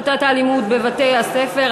הפחתת האלימות בבתי-הספר),